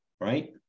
right